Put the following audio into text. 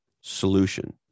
Solution